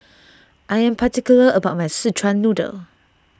I am particular about my Szechuan Noodle